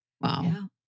Wow